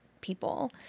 people